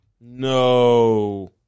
No